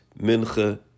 Mincha